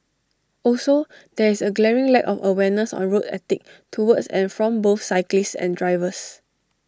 also there is A glaring lack of awareness on road etiquette towards and from both cyclists and drivers